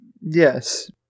Yes